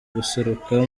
guseruka